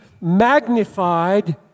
magnified